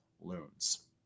loons